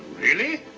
really?